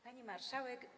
Pani Marszałek!